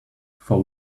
for